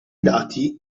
dati